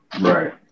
Right